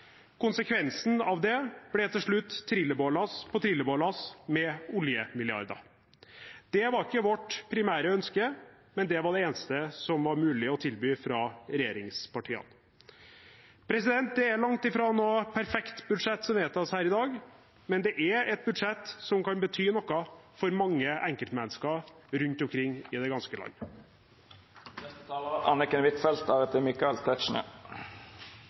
ble til slutt trillebårlass på trillebårlass med oljemilliarder. Det var ikke vårt primære ønske, men det var det eneste som var mulig å tilby fra regjeringspartiene. Det er langt fra noe perfekt budsjett som vedtas her i dag, men det er et budsjett som kan bety noe for mange enkeltmennesker rundt omkring i det ganske land.